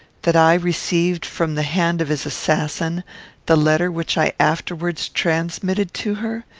that i received from the hand of his assassin the letter which i afterwards transmitted to her?